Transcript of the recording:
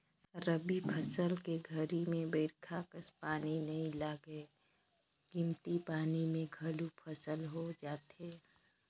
रबी फसल के घरी में बईरखा कस पानी नई लगय कमती पानी म घलोक फसल हो जाथे